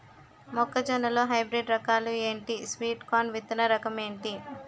మొక్క జొన్న లో హైబ్రిడ్ రకాలు ఎంటి? స్వీట్ కార్న్ విత్తన రకం ఏంటి?